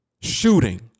Shooting